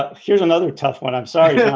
here's another tough one. i'm sorry. yeah